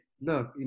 look